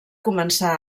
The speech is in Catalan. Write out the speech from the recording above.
començar